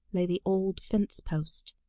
lay the old fence-post.